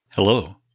Hello